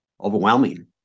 overwhelming